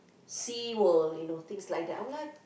sea world you know things like that I'm like